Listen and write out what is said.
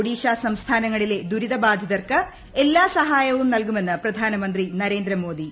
ഒഡീഷ സംസ്ഥാനങ്ങളിലെ ദുരിതബാധിതർക്ക് എല്ലാ സഹായവും നൽകുമെന്ന് പ്രധാനമന്ത്രി നരേന്ദ്രമോദി